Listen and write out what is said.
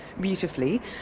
beautifully